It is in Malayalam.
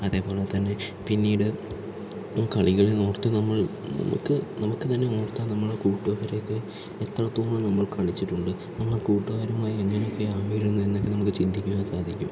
അതേപോലെത്തന്നെ പിന്നീട് കളികളെ ഓർത്തു നമ്മൾ നമുക്ക് നമുക്ക് തന്നെ ഓർത്താൽ നമ്മളെ കൂട്ടുകാരെയൊക്കെ എത്രത്തോളം നമ്മൾ കളിച്ചിട്ടുണ്ട് നമ്മൾ കൂട്ടുകാരുമായി എങ്ങനെയൊക്കെയായിരുന്നു എന്ന് നമുക്ക് ചിന്തിക്കുവാൻ സാധിക്കും